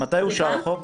מתי אושר החוק?